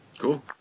cool